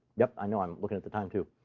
yep, i know. i'm looking at the time, too.